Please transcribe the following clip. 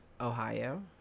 ohio